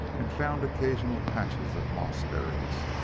and found occasional patches of mossberries.